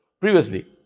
previously